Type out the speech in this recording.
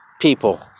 people